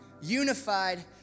unified